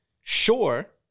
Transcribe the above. Sure